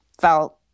felt